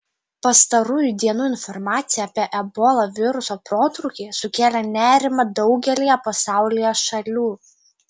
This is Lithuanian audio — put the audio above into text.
pastarųjų dienų informacija apie ebola viruso protrūkį sukėlė nerimą daugelyje pasaulyje šalių